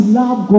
love